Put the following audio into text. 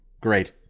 Great